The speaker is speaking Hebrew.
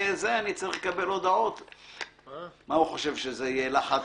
אני מציין את זה כי הנושא של שיטת תשלום שבה הנהג לא גובה